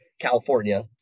California